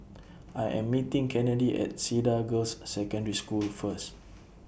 I Am meeting Kennedi At Cedar Girls' Secondary School First